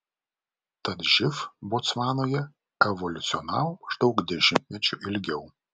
tad živ botsvanoje evoliucionavo maždaug dešimtmečiu ilgiau